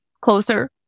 closer